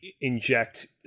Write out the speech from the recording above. inject